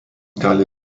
gali